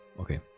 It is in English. Okay